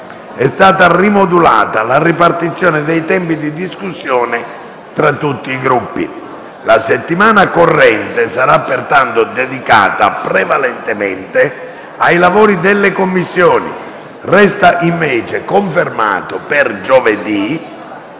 è stata rimodulata la ripartizione dei tempi di discussione tra i Gruppi. La settimana corrente sarà pertanto dedicata prevalentemente ai lavori delle Commissioni. Resta confermato per giovedì